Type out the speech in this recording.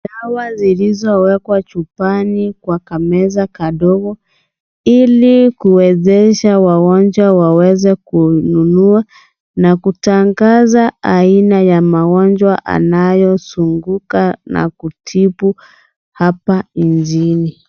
Dawa zilizowekwa chupani kwa ka meza kadogo ili kuwezesha wagonjwa waweze kununua na kutangaza aina ya magonjwa anayozunguka na kutibu hapa nchini.